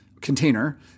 container